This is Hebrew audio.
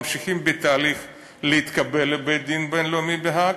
ממשיכים בתהליך להתקבל לבית-הדין הבין-לאומי בהאג.